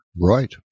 Right